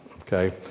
Okay